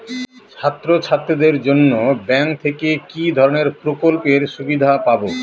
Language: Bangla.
ছাত্রছাত্রীদের জন্য ব্যাঙ্ক থেকে কি ধরণের প্রকল্পের সুবিধে পাবো?